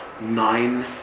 Nine